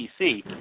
PC